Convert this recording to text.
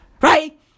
Right